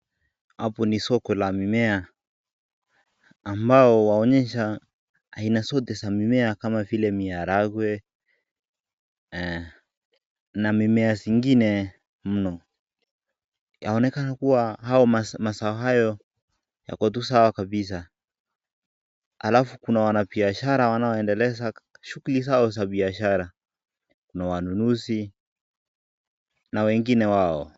Hapo ni soko la mimea ambao waonyesha aina yote ya mimea kama vile miharangwe, na mimea zingine mno, yaonekana kuwa mazao hayo yako tu sawa kabisa. Alafu kuna wanabiashara ambao wanaendelesha shughuli zao za biashara na wanunuzi na wengine wao.